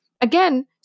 Again